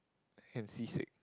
and seasick